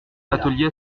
atelier